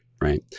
right